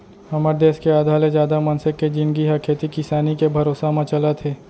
हमर देस के आधा ले जादा मनसे के जिनगी ह खेती किसानी के भरोसा म चलत हे